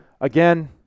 again